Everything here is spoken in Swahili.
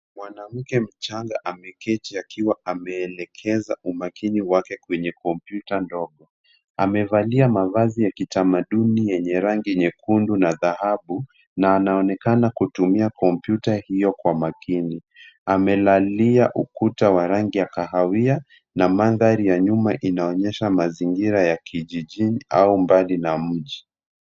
Mwanamke mchanga ameketi akiwa ameelekeza umakini wake kwenye kompyuta ndogo. Amevalia mavazi ya kitamaduni yenye rangi nyekundu na dhahabu na anaonekana kutumia kompyuta hiyo kwa makini. Amelalia ukuta wa rangi ya kahawia na mandhari ya nyuma inaonyesha mazingira ya kijijini au mbali na mji.